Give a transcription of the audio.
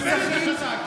הוא סחיט,